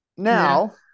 Now